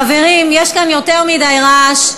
חברים, יש כאן יותר מדי רעש.